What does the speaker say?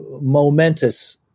momentous